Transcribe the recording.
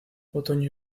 otoño